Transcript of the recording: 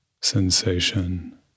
sensation